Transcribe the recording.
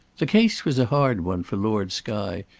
the case was a hard one for lord skye,